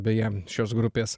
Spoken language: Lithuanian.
beje šios grupės